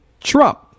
Trump